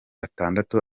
atandatu